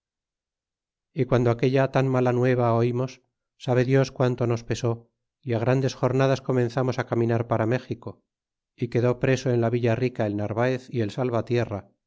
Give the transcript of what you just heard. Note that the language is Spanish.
y guando aquella tan mala nueva olmos sabe dios quanto nos pesó y grandes jornadas comenzamos caminar para méxico y quedó preso en la villa rica el narvaez y el salvatierra